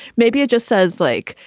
maybe it just says, like,